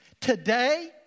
Today